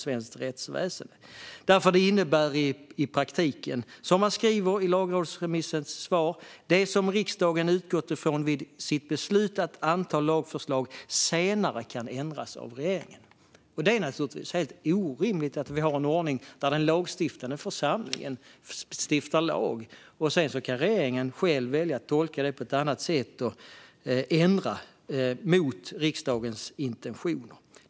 Det innebär nämligen i praktiken, som Lagrådet skriver i sitt svar på remissen, att det som riksdagen utgått från vid sitt beslut att anta ett lagförslag senare kan ändras av regeringen. Det är naturligtvis helt orimligt att vi har en ordning där den lagstiftande församlingen stiftar lag och där regeringen sedan kan välja att tolka det på ett annat sätt och ändra mot riksdagens intentioner.